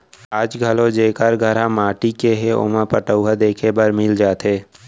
आज घलौ जेकर घर ह माटी के हे ओमा पटउहां देखे बर मिल जाथे